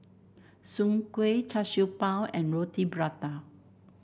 Soon Kueh Char Siew Bao and Roti Prata